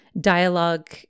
dialogue